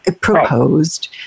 proposed